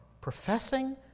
professing